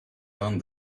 done